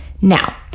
Now